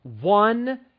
One